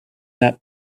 that